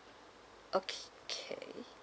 oki~ K